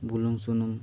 ᱵᱩᱞᱩᱝ ᱥᱩᱱᱩᱢ